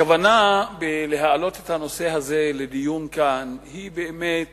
הכוונה בהעלאת הנושא הזה לדיון כאן היא באמת